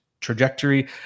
trajectory